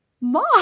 Mom